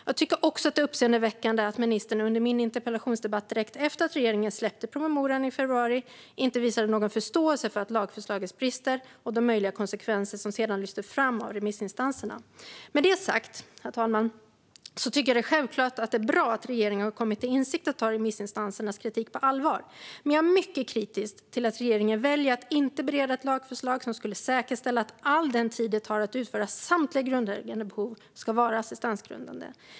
Jag tycker också att det är uppseendeväckande att ministern under min interpellationsdebatt direkt efter att regeringen släppte promemorian i februari inte visade någon förståelse för lagförslagets brister och de möjliga konsekvenser som senare lyftes fram av remissinstanserna. Herr talman! Med detta sagt tycker jag självklart att det är bra att regeringen har kommit till insikt och tar remissinstansernas kritik på allvar. Men jag är mycket kritisk till att regeringen väljer att inte bereda ett lagförslag som skulle säkerställa att all den tid det tar att utföra samtliga grundläggande behov ska vara assistansgrundande.